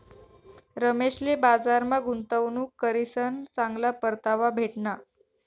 रमेशले बजारमा गुंतवणूक करीसन चांगला परतावा भेटना